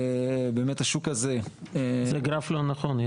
באמת השוק הזה --- זה גרף לא נכון.